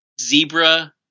zebra